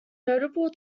notable